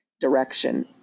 direction